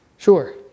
Sure